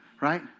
Right